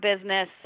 business